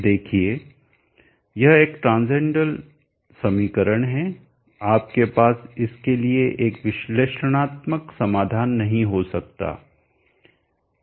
देखिए यह एक ट्रान्सेंडैंटल समीकरण है आपके पास इसके लिए एक विश्लेषणात्मक समाधान नहीं हो सकता है